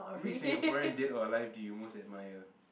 which Singaporean dead or alive do you most admire